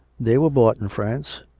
they were bought in france.